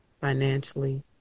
financially